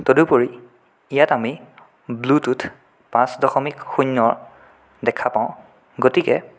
তদুপৰি ইয়াত আমি ব্লুটুথ পাঁচ দশমিক শূন্য দেখা পাওঁ গতিকে